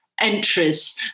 entries